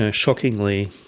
ah shockingly,